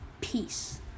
peace